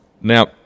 Now